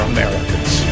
Americans